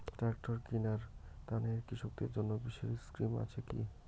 Tractor কিনার তানে কৃষকদের জন্য বিশেষ স্কিম আছি কি?